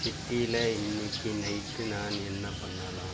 சிட்டியில இன்னிக்கு நைட் நான் என்ன பண்ணலாம்